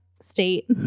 state